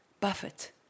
Buffett